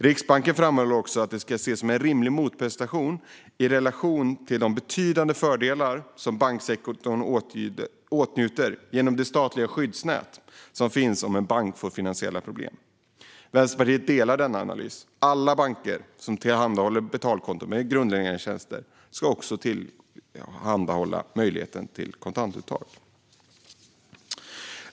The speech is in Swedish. Riksbanken framhåller också att det ska ses som en rimlig motprestation i relation till de betydande fördelar som banksektorn åtnjuter genom de statliga skyddsnät som finns om en bank får finansiella problem. Vänsterpartiet delar denna analys. Alla banker som tillhandahåller betalkonton med grundläggande tjänster ska också tillhandahålla en möjlighet till kontantuttag.